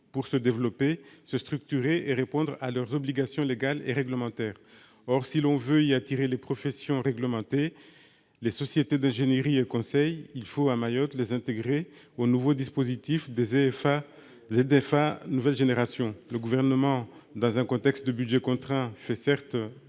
pour se développer, se structurer et répondre à leurs obligations légales et réglementaires. Or si l'on veut y attirer les professions réglementées, les sociétés d'ingénierie et de conseil, il faut les intégrer au nouveau dispositif des ZFANG. Le Gouvernement, dans un contexte de budget contraint, fait certes